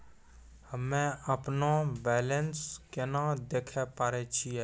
हम्मे अपनो बैलेंस केना देखे पारे छियै?